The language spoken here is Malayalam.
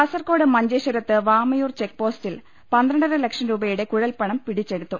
കാസർകോട് മഞ്ചേശ്വരത്ത് വാമയൂർ ചെക്ക്പോസ്റ്റിൽ പന്ത്രണ്ടര ലക്ഷം ്രൂപയുടെ കുഴൽപ്പണം പിടിച്ചെടുത്തു